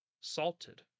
salted